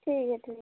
ठीक है ठीक